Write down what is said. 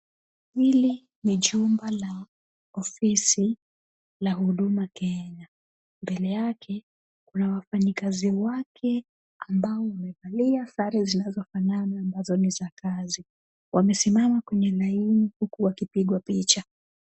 Hili ni jumba la ofisi la Huduma Kenya. Mbele yake kuna wafanyikazi wake ambao wamevalia sare zinazofanana ambazo ni za kazi. Wamesimama kwenye laini huku wakipigwa picha.